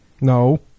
No